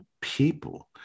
people